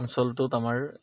অঞ্চলটোত আমাৰ